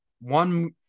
one